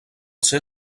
ser